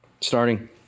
starting